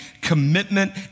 commitment